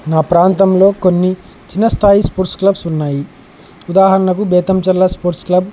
నా ప్రాంతంలో కొన్ని చిన్న స్థాయి స్పోర్ట్స్ క్లబ్స్ ఉన్నాయి ఉదాహరణకు బేతంచెర్ల స్పోర్ట్స్ క్లబ్